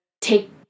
take